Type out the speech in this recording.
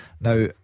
Now